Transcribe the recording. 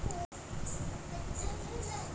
redeem ক্যরের ব্যবস্থা থাক্যে টাকা কুড়ি